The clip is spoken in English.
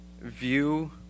view